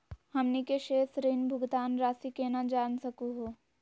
हमनी के शेष ऋण भुगतान रासी केना जान सकू हो?